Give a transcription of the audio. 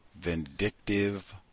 vindictive